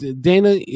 Dana